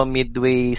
Midway